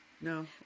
No